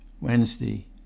Wednesday